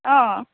অঁ